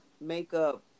makeup